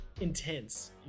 intense